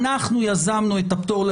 אנחנו יזמנו את הפטור,